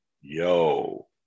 yo